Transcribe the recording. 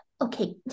okay